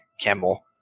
camel